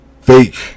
fake